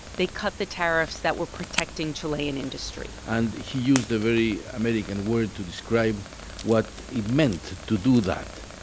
they cut the tariffs that were protecting chilean industry and he used a very american word to describe what it meant to do that